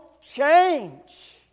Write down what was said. change